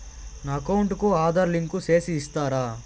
నా అకౌంట్ కు ఆధార్ లింకు సేసి ఇస్తారా?